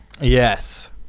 Yes